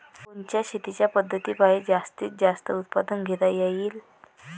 कोनच्या शेतीच्या पद्धतीपायी जास्तीत जास्त उत्पादन घेता येईल?